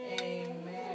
Amen